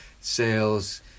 sales